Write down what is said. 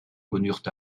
connurent